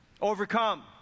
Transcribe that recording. overcome